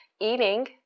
eating